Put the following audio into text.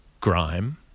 grime